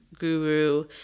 Guru